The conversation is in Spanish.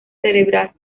cerebral